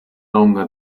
longer